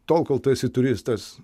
tol kol tu esi turistas